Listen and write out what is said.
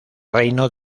reino